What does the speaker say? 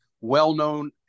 well-known